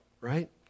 right